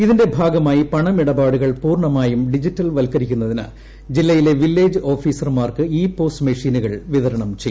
ഇതിന്റെ ഭാഗമായി പണമിടപാടുകൾ പൂർണമായും ഡിജിറ്റൽ വൽക്കരി ക്കുന്നതിന് ജില്ലയിലെ വില്ലേജ് ഓഫീസർമാർക്ക് ഇ പോസ് മെഷീനുകൾ വിതരണം ചെയ്യും